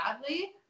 badly